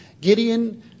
Gideon